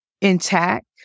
intact